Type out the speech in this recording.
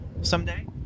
someday